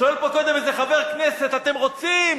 שואל פה איזה חבר כנסת, אתם רוצים?